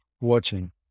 watching